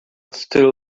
still